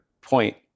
point